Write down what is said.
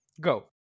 Go